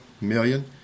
million